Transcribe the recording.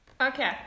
Okay